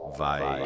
vai